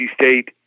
State